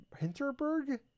hinterberg